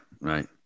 right